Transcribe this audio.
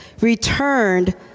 returned